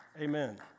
Amen